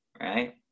Right